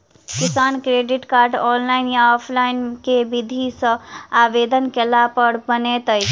किसान credit card, online या offline केँ विधि सँ आवेदन कैला पर बनैत अछि?